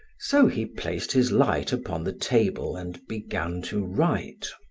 so he placed his light upon the table and began to write.